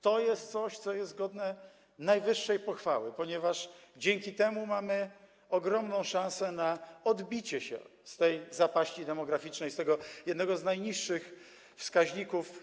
To jest coś, co jest godne najwyższej pochwały, ponieważ dzięki temu mamy ogromną szansę na odbicie się, wyjście z tej zapaści demograficznej, z tego jednego z najniższych wskaźników.